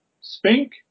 Spink